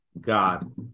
God